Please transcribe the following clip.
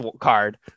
card